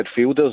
midfielders